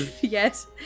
yes